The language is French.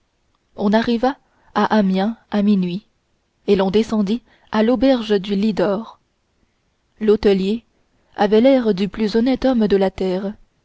on arriva à amiens à minuit et l'on descendit à l'auberge du lis d'or l'hôtelier avait l'air du plus honnête homme de la terre